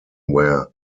where